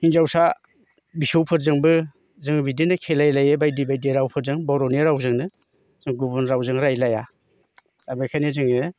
हिन्जावसा बिसौफोरजोंबो जोङो बिदिनो खेलाय लायो बायदि बायदि रावफोरजों बर'नि रावजोंनो जों गुबुन रावजों रायलाया दा बेखायनो जोङो